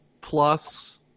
Plus